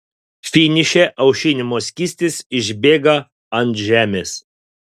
finiše aušinimo skystis išbėga ant žemės